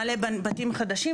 מלא בתים חדשים,